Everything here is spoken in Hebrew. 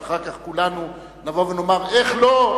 שאחר כך כולנו נבוא ונאמר: איך לא,